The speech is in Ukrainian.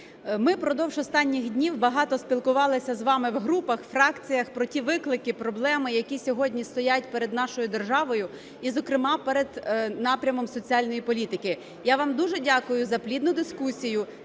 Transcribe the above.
Ми впродовж останніх днів багато спілкувались з вами в групах, фракціях, про ті виклики, проблеми, які сьогодні стоять перед нашою державою і, зокрема, перед напрямом соціальної політики. Я вам дуже дякую за плідну дискусію,